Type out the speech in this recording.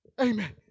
Amen